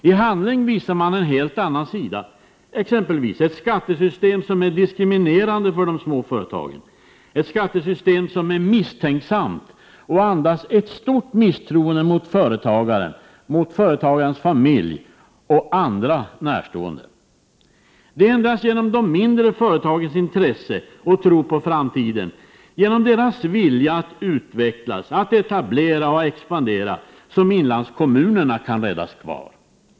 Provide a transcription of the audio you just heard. I handling visar de en helt annan sida, exempelvis genom ett skattesystem som är diskriminerande för de små företagen, som är misstänksamt och andas ett stort misstroende mot företagaren, hans familj och andra närstående. — Det är endast genom de mindre företagens intresse och tro på framtiden, genom deras vilja att utvecklas, att etablera och att expandera, som inlandskommunerna kan räddas kvar.